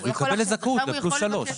אז הוא יקבל זכאות לפלוס שלוש.